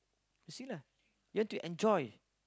you see lah you want to enjoy